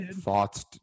thoughts